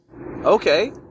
Okay